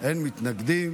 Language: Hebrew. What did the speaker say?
אין מתנגדים.